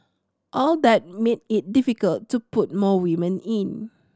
all that made it difficult to put more women in